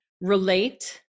relate